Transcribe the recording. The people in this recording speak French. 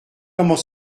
comment